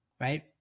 right